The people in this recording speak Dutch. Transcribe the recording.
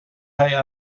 hij